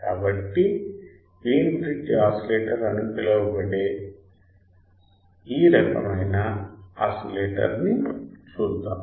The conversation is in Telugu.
కాబట్టి వీన్ బ్రిడ్జ్ ఆసిలేటర్ అని పిలువబడే ఆ రకమైన ఆసిలేటర్ని చూద్దాం